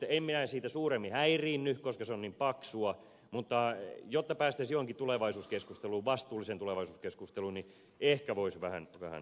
en minä siitä suuremmin häiriinny koska se on niin paksua mutta jotta päästäisiin johonkin tulevaisuuskeskusteluun vastuulliseen tulevaisuuskeskusteluun niin ehkä voisi vähän harkita